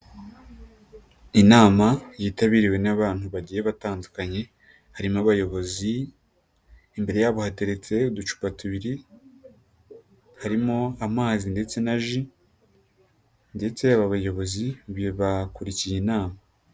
Inama yitabiriwe n'abantu bagiye batandukanye harimo abayobozi, imbere yabo hateretse uducupa tubiri harimo amazi ndetse na ji ndetse aba bayobozi bakurikiye inama.